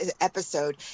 episode